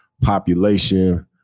population